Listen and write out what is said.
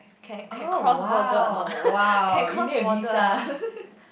oh !wow! !wow! you need a visa